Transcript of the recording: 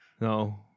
No